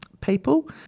people